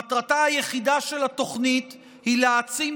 מטרתה היחידה של התוכנית היא להעצים